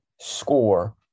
score